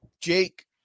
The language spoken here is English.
jake